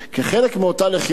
כחלק מאותה לחימה,